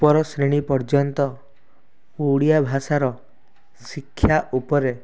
ଉପର ଶ୍ରେଣୀ ପର୍ଯ୍ୟନ୍ତ ଓଡ଼ିଆ ଭାଷାର ଶିକ୍ଷା ଉପରେ